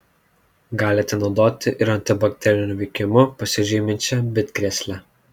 galite naudoti ir antibakteriniu veikimu pasižyminčią bitkrėslę